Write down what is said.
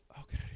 okay